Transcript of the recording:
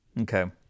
Okay